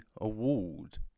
award